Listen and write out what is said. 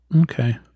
Okay